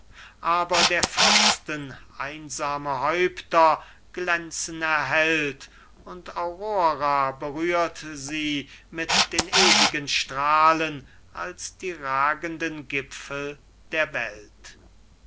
aber der fürsten einsame häupter glänzen erhellt und aurora berührt sie mit den ewigen strahlen als die ragenden gipfel der welt